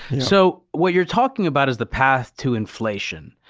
so, what you're talking about is the path to inflation.